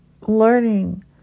learning